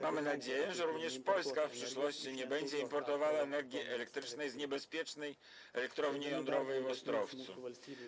Mamy nadzieję, że również Polska w przyszłości nie będzie importowała energii elektrycznej z niebezpiecznej elektrowni jądrowej w Ostrowcu.